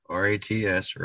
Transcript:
r-a-t-s